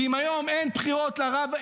ואם היום אין בחירות לרב,